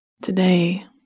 Today